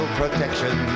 protection